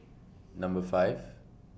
Number five